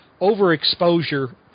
overexposure